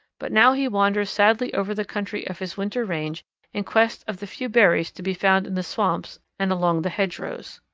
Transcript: but now he wanders sadly over the country of his winter range in quest of the few berries to be found in the swamps and along the hedgerows.